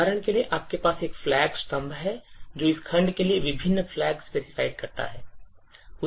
उदाहरण के लिए आपके पास एक flag स्तंभ है जो इस खंड के लिए विभिन्न flag specified करता है